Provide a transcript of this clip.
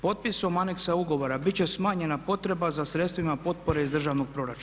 Potpisom aneksa ugovora biti će smanjena potreba za sredstvima potpore iz državnog proračuna.